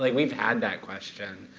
like we've had that question.